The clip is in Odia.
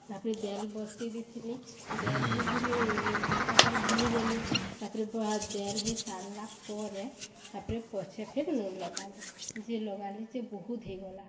ତାପରେ ଦେଲ ବସେଇ ଦେଇଥିଲି ଦେଲରେ ଯେ ମୁଇଁ ନୁନ ଲଙ୍କା ପାର୍ ଭୁଲି ଗଲି ତାପରେ ବା ଦେଲ ହେଇ ସାରିଲା ପରେ ତାପରେ ପଛେ ଫେର୍ ନୁନ ଲଙ୍କା ଯେ ଲଗାଲି ଯେ ବହୁତ୍ ହେଇଗଲା